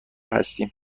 هستیم